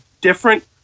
different